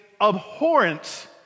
abhorrent